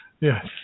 Yes